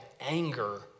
anger